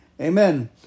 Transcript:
Amen